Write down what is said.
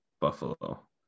Buffalo